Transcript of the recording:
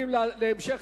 נגד טלב אלסאנע,